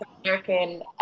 American